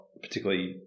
particularly